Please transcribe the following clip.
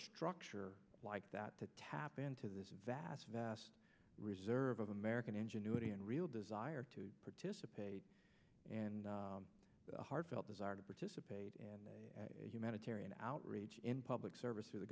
structure like that to tap into this vast vast reserve of american ingenuity and real desire to participate and a heartfelt desire to participate and a humanitarian outrage in public service t